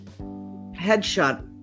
headshot